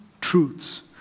truths